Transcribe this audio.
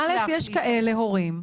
יש הורים,